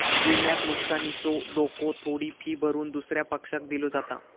विम्यात नुकसानीचो धोको थोडी फी भरून दुसऱ्या पक्षाक दिलो जाता